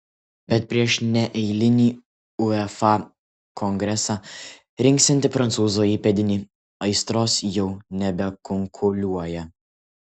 bet prieš neeilinį uefa kongresą rinksiantį prancūzo įpėdinį aistros jau nebekunkuliuoja